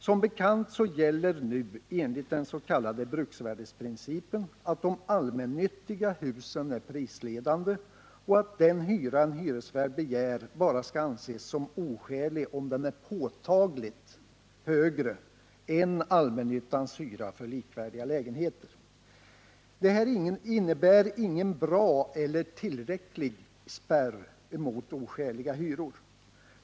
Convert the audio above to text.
Som bekant gäller nu enligt den s.k. bruksvärdesprincipen att de allmännyttiga husen är prisledande och att den hyra en hyresvärd begär skall anses som oskälig bara om den är påtagligt högre än allmännyttans hyra för likvärdiga lägenheter. Detta är ingen bra eller tillräcklig spärr mot oskäliga hyror.